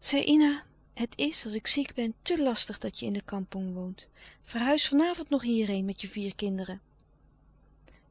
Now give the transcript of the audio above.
saïna het is als ik ziek ben te lastig dat je in de kampong woont verhuis van avond nog hierheen met je vier kinderen